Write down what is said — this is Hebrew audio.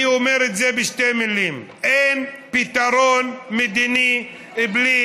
אני אומר את זה בשתי מילים: אין פתרון מדיני בלי